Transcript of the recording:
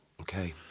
Okay